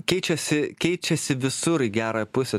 keičiasi keičiasi visur į gerąją pusę